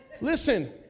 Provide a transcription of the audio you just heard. Listen